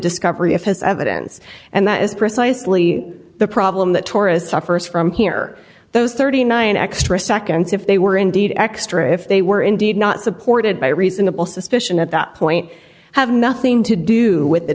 discovery of his evidence and that is precisely the problem that tourist suffers from here those thirty nine extra seconds if they were indeed extra if they were indeed not supported by reasonable suspicion at that point have nothing to do with the